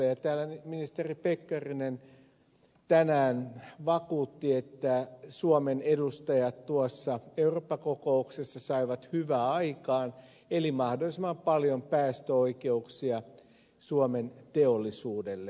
täällä ministeri pekkarinen tänään vakuutti että suomen edustajat tuossa eurooppa kokouksessa saivat hyvää aikaan eli mahdollisimman paljon päästöoikeuksia suomen teollisuudelle